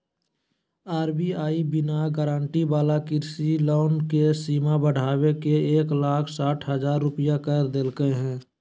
RBI बिना guarantee वाला कृषि लोन के सीमा बढ़ाके एक लाख साठ हजार रुपया कर देलके हें